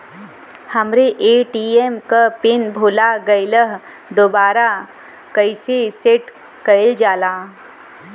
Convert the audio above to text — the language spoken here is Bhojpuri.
हमरे ए.टी.एम क पिन भूला गईलह दुबारा कईसे सेट कइलजाला?